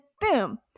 boom